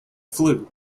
flue